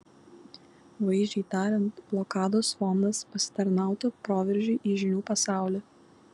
vaizdžiai tariant blokados fondas pasitarnautų proveržiui į žinių pasaulį